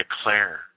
declare